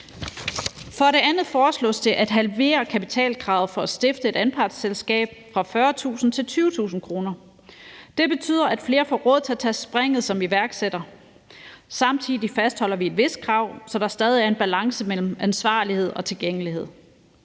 For det andet foreslås det at halvere kapitalkravet for at stifte et anpartsselskab fra 40.000 til 20.000 kr. Det betyder, at flere får råd til at tage springet som iværksætter. Samtidig fastholder vi et vist krav, så der stadig er en balance mellem ansvarlighed og tilgængelighed.